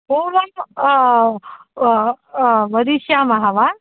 पूर्वं वदिष्यामः वा